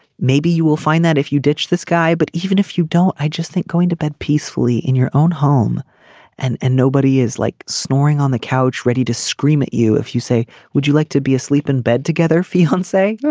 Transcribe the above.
maybe you will find that if you ditch this guy. but even if you don't. i just think going to bed peacefully in your own home and and nobody is like snoring on the couch ready to scream at you if you say would you like to be asleep in bed together feel and yeah